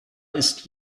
ist